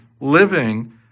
living